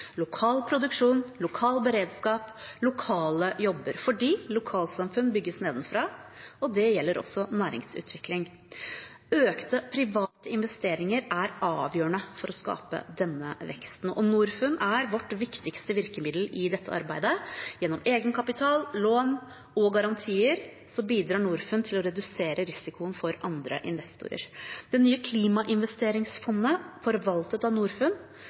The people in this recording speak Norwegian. lokale jobber, for lokalsamfunn bygges nedenfra, og det gjelder også næringsutvikling. Økte private investeringer er avgjørende for å skape den veksten, og Norfund er vårt viktigste virkemiddel i dette arbeidet. Gjennom egenkapital, lån og garantier bidrar Norfund til å redusere risikoen for andre investorer. Det nye klimainvesteringsfondet, forvaltet av Norfund,